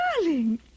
darling